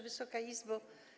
Wysoka Izbo!